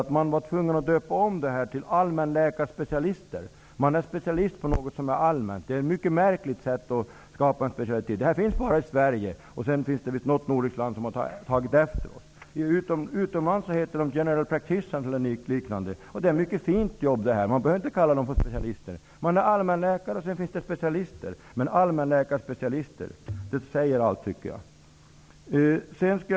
Men var tvungen att döpa om dem till allmänläkarspecialister. De är specialister på något som är allmänt. Det är ett märkligt sätt att skapa en specialitet. Den specialiteten finns bara i Sverige och i något nordiskt land som har tagit efter Sverige. Utomlands heter de ''general practitioners'' e.d. Det är ett mycket fint jobb. De behöver inte kallas för specialister. Det finns allmänläkare, och det finns specialister. Men jag tycker att uttrycket allmänläkarspecialister säger allt.